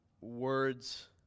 Words